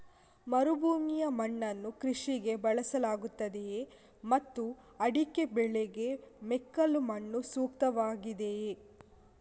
ಮರುಭೂಮಿಯ ಮಣ್ಣನ್ನು ಕೃಷಿಗೆ ಬಳಸಲಾಗುತ್ತದೆಯೇ ಮತ್ತು ಅಡಿಕೆ ಬೆಳೆಗೆ ಮೆಕ್ಕಲು ಮಣ್ಣು ಸೂಕ್ತವಾಗಿದೆಯೇ?